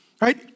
right